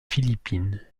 philippines